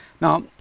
now